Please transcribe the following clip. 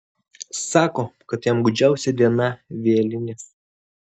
sako kad jam gūdžiausia diena vėlinės